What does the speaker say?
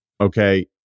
okay